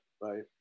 right